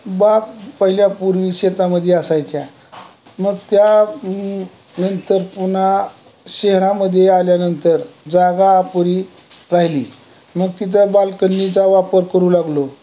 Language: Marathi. बाग पहिल्या पूर्वी शेतामध्ये असायच्या मग त्या नंतर पुन्हा शहरामध्ये आल्यानंतर जागापुरी राहिली मग तिथं बालकनीचा वापर करू लागलो